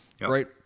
Right